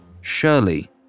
Shirley